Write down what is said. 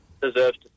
deserves